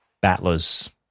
Battlers